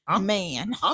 man